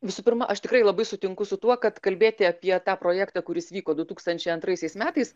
visų pirma aš tikrai labai sutinku su tuo kad kalbėti apie tą projektą kuris vyko du tūkstančiai antraisiais metais